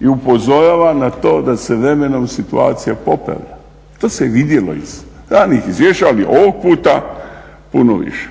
I upozorava na to da se s vremenom situacija popravlja, to se je i vidjelo iz ranijih izvješća, ali ovog puta puno više.